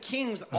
Kings